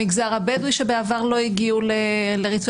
המשרד לביטחון לאומי אביב ישראלי עו"ד,